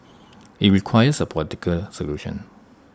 IT requires A political solution